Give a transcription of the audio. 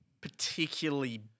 particularly